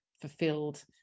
fulfilled